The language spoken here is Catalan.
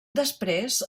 després